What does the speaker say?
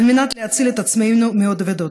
על מנת להציל את עצמנו מעוד אבדות.